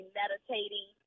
meditating